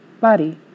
Body